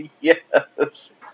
Yes